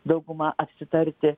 dauguma apsitarti